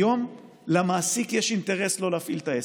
היום למעסיק יש אינטרס לא להפעיל את העסק,